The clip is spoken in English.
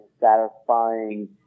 satisfying